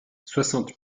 soixante